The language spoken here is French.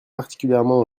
particulièrement